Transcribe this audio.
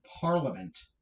parliament